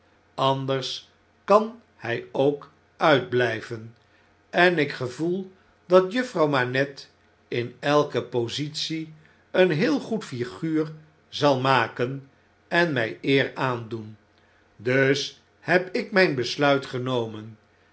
anders kan hy ook uitblnven en ik gevoel dat juffrouw manette in elke positie een heel goed iiguur zal maken en mjj eer aandoen dus heb ik mjjn besluit genomen